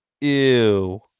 Ew